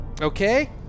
Okay